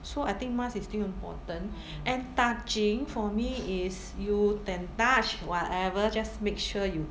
so I think mask is still important and touching for me is you can touch whatever just make sure you